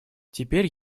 теперь